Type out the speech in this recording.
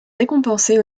récompensé